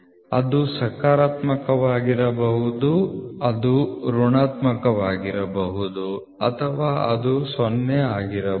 ಅದು ಸಕಾರಾತ್ಮಕವಾಗಿರಬಹುದು ಅದು ಋಣಾತ್ಮಕವಾಗಿರಬಹುದು ಅಥವಾ ಅದು 0 ಆಗಿರಬಹುದು